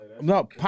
No